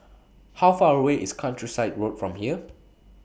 How Far away IS Countryside Road from here